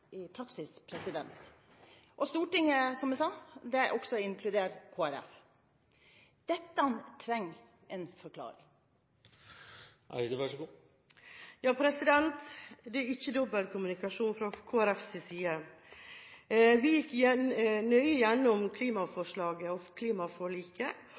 i praksis, og Kristelig Folkeparti har altså vært med på klimaforliket. Stortinget er, som jeg sa, også inkludert Kristelig Folkeparti. Dette trenger en forklaring. Det er ikke dobbeltkommunikasjon fra Kristelig Folkepartis side. Vi gikk nøye